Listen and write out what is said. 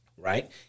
right